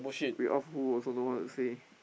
read off who also know how to say